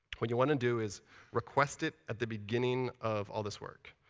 what you want to do is request it at the beginning of all this work.